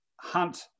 Hunt